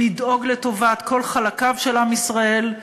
לדאוג לטובת כל חלקיו של עם ישראל,